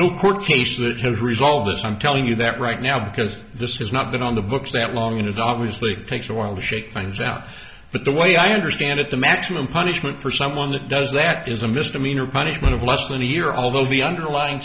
no court case that has resolved this i'm telling you that right now because this has not been on the books that long and it obviously takes a while to shake things out but the way i understand it the maximum punishment for someone that does that is a misdemeanor punishment of less than a year although the underlying